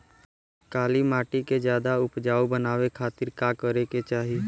काली माटी के ज्यादा उपजाऊ बनावे खातिर का करे के चाही?